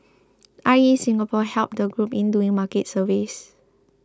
I E Singapore helped the group in doing market surveys